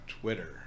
Twitter